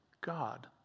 God